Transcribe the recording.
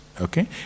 Okay